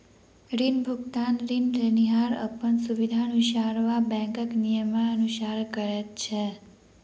ऋण भुगतान ऋण लेनिहार अपन सुबिधानुसार वा बैंकक नियमानुसार करैत छै